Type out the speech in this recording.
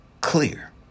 clear